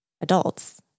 adults